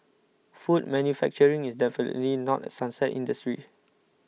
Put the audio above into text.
food manufacturing is definitely not a sunset industry